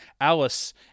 Alice